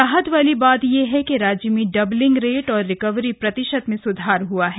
राहत वाली बात यह है कि राज्य में डबलिंग रेट और रिकवरी प्रतिशत में सुधार हुआ है